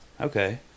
Okay